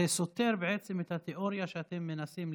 זה סותר בעצם את התיאוריה שאתם מנסים לקדם,